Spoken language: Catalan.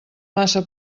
massa